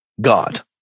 God